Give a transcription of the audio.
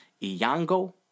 Iyango